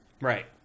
right